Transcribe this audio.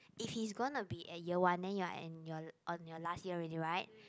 if he's gonna be at year one then you're and your on your last year already right